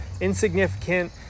insignificant